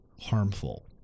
harmful